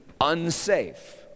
unsafe